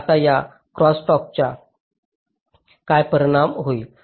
आता या क्रॉस्टलॉकचा काय परिणाम होईल